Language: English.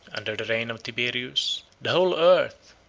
under the reign of tiberius, the whole earth,